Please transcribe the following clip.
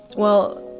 well.